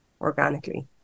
organically